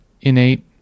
innate